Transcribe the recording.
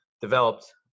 developed